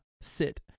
sit